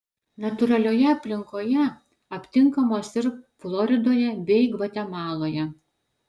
natūralioje aplinkoje aptinkamos ir floridoje bei gvatemaloje